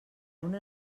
una